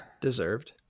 Deserved